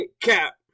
cap